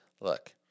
look